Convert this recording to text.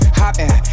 hopping